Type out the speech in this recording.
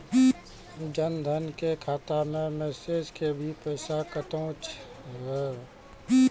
जन धन के खाता मैं मैसेज के भी पैसा कतो छ?